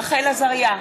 רחל עזריה,